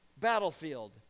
battlefield